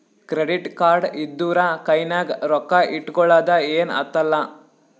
credit card ಇದ್ದೂರ ಕೈನಾಗ್ ರೊಕ್ಕಾ ಇಟ್ಗೊಳದ ಏನ್ ಹತ್ತಲಾ